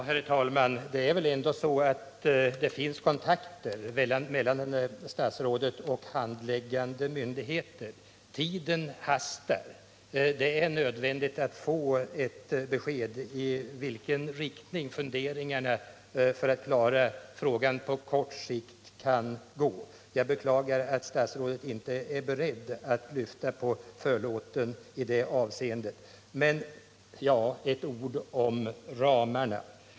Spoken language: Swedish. Herr talman! Det finns väl ändå kontakter mellan statsrådet och handläggande myndigheter. Tiden hastar. Det är nödvändigt att få ett besked om i vilken riktning funderingarna för att klara frågan på kort sikt kan gå. Jag beklagar att statsrådet inte är beredd att lyfta på den förlåten. Några ord om ramarna!